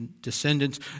descendants